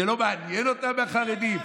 שלא מעניין אותם מהחרדים?